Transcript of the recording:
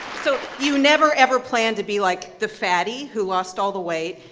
so you never ever plan to be like the fatty who lost all the weight,